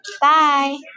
Bye